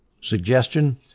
suggestion